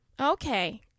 Okay